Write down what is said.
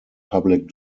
public